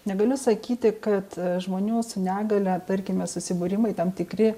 negaliu sakyti kad žmonių su negalia tarkime susibūrimai tam tikri